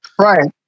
Right